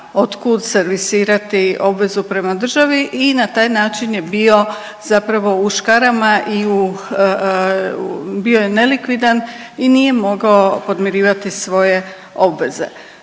od kud servisirati obvezu prema državi i na taj način je bio zapravo u škarama i u, bio je nelikvidan i nije mogao podmirivati svoje obveze.